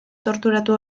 torturatu